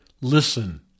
listen